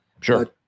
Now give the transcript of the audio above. Sure